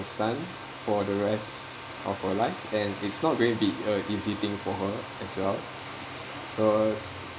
son for the rest of her life and it's not going be a easy thing for her as well cause